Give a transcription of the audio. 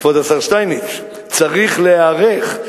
צריך להיערך,